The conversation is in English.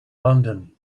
london